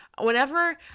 Whenever